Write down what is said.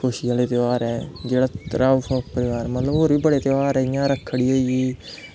खुशी आह्ले तेहार ऐ होर बी बड़े तेहार ऐ जि'यां रक्खड़ी होई